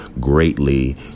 greatly